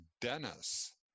Dennis